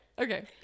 okay